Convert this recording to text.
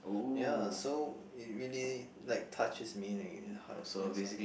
ya so it really like touches me in the heart or something